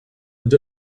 and